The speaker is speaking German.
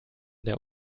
der